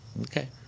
Okay